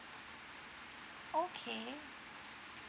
okay